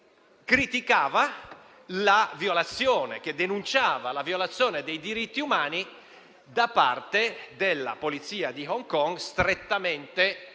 promossa dal Regno Unito che denunciava la violazione dei diritti umani da parte della polizia di Hong Kong strettamente